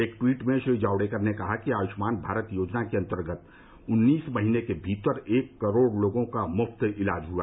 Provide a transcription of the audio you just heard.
एक टवीट में श्री जावडेकर ने कहा कि आयुष्मान भारत योजना के अंतर्गत उन्नीस महीने के भीतर एक करोड़ लोगों का मुफ्त इलाज हुआ